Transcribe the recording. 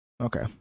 okay